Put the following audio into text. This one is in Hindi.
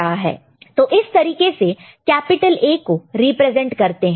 तो इस तरीके से कैपिटल A को रिप्रेजेंट करते हैं